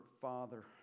father